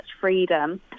freedom